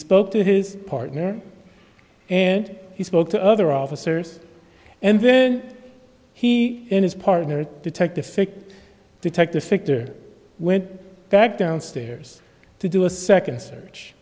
spoke to his partner and he spoke to other officers and then he and his partner detective fiction detective fichter went back downstairs to do a second search